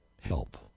help